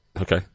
okay